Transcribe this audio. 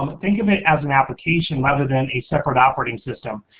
um think of it as an application rather than a separate operating system.